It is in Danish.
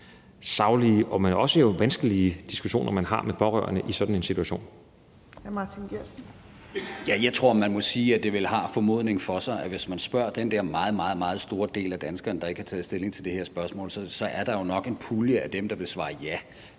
(Trine Torp): Hr. Martin Geertsen. Kl. 13:13 Martin Geertsen (V): Jeg tror, man må sige, at det vel har formodningen for sig, at hvis man spørger den der meget, meget store del af danskerne, der ikke har taget stilling til det her spørgsmål, så er der jo nok en pulje af dem, der vil svare ja